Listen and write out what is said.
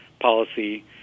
policy